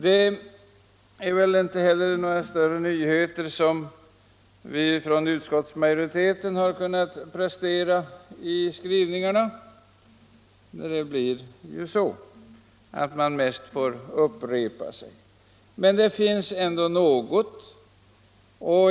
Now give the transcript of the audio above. Det är väl inte heller några större nyheter som vi från utskottsmajoriteten har kunnat prestera i skrivningarna, utan man får mest upprepa samma saker.